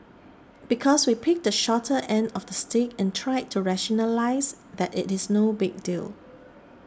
because we picked the shorter end of the stick and tried to rationalise that it is no big deal